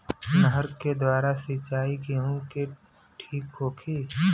नहर के द्वारा सिंचाई गेहूँ के ठीक होखि?